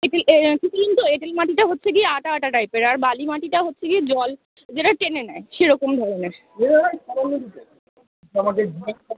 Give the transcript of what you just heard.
এঁটেল তো এঁটেল মাটিটা হচ্ছে গিয়ে আঠা আঠা টাইপের আর বালি মাটিটা হচ্ছে গিয়ে জল যেটা টেনে নেয় সেরকম ধরনের